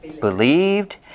believed